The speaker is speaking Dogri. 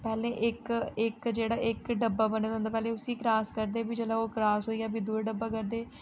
पैह्लें इक इक जेह्ड़ा इक डब्बा बने दा होंदा पैह्ले उसी क्रास करदे फ्ही जेल्लै ओह् क्रास होई गेआ फ्ही दूआ डब्बा करदे